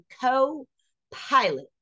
co-pilot